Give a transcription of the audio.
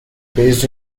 based